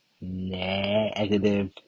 negative